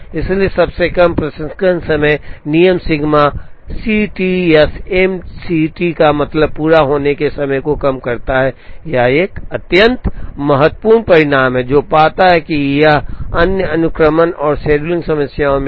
इसलिए सबसे कम प्रसंस्करण समय नियम सिग्मा सी टी या एम सी टी का मतलब पूरा होने के समय को कम करता है यह एक अत्यंत महत्वपूर्ण परिणाम है जो पाता है कि यह अन्य अनुक्रमण और शेड्यूलिंग समस्याओं में है